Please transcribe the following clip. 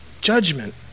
judgment